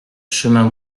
chemin